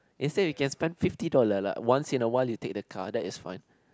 instead you can spend fifty dollar like once in a while you take the car that is fine